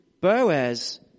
Boaz